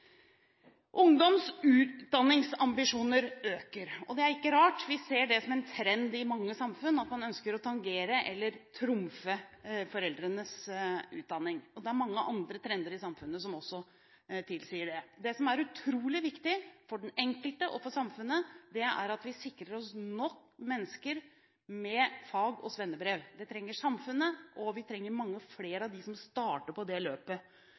ikke rart. Vi ser det som en trend i mange samfunn, at man ønsker å tangere eller overgå foreldrenes utdanning. Det er mange andre trender i samfunnet som også tilsier det. Det som er utrolig viktig – for den enkelte og for samfunnet – er at vi sikrer oss nok mennesker med fag- og svennebrev. Det trenger samfunnet. Og vi trenger mange flere av dem som starter på det løpet,